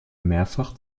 mehrfach